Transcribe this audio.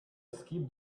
skip